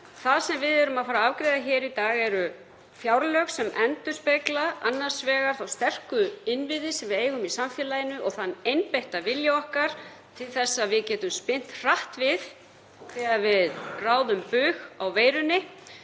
Það sem við erum að fara að afgreiða hér í dag eru fjárlög sem endurspegla þá sterku innviði sem við eigum í samfélaginu og þann einbeitta vilja okkar að geta spyrnt hratt við þegar við ráðum bug á veirunni